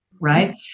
right